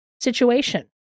situation